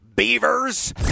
Beavers